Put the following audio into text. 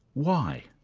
why?